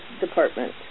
Department